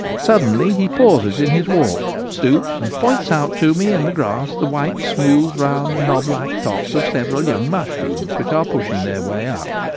suddenly he pauses in his walk, stoops, and points out to me in the grass the white, smooth, round knob-like tops of several young mushrooms which are pushing their way up.